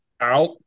out